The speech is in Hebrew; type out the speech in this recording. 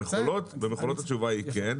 במכולות התשובה היא כן,